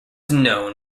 known